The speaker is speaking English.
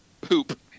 poop